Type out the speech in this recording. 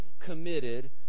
committed